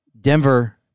Denver